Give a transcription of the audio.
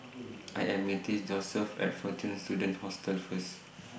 I Am meeting Joeseph At Fortune Students Hostel First